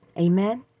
Amen